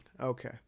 Okay